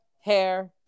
hair